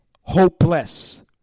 hopeless